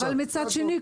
אבל מצד שני,